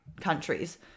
countries